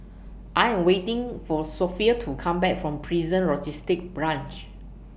I Am waiting For Sophie to Come Back from Prison Logistic Branch